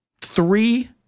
three